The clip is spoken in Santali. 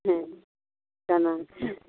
ᱦᱩᱸ ᱡᱟᱱᱟᱝ